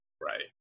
Right